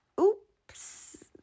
Oops